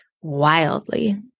wildly